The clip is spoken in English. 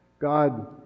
God